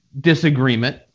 disagreement